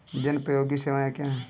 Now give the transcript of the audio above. जनोपयोगी सेवाएँ क्या हैं?